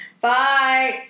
Bye